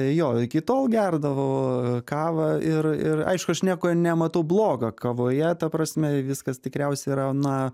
jo iki tol gerdavau kavą ir ir aišku aš nieko nematau blogo kavoje ta prasme viskas tikriausiai yra na